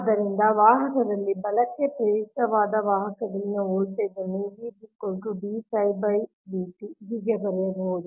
ಆದ್ದರಿಂದ ವಾಹಕದಲ್ಲಿ ಬಲಕ್ಕೆ ಪ್ರೇರಿತವಾದ ವಾಹಕದಲ್ಲಿನ ವೋಲ್ಟೇಜ್ ಅನ್ನು ಹೀಗೆ ಬರೆಯಬಹುದು